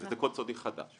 זה קוד סודי חדש,